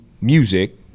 music